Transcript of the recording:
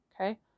Okay